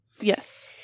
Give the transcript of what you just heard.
Yes